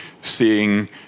seeing